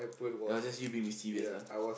that was just you being mischievous ah